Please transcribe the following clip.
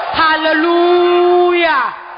hallelujah